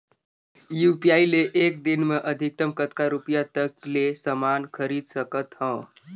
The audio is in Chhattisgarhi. यू.पी.आई ले एक दिन म अधिकतम कतका रुपिया तक ले समान खरीद सकत हवं?